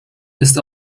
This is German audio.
ist